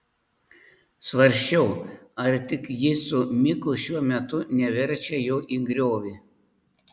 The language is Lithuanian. svarsčiau ar tik ji su miku šiuo metu neverčia jo į griovį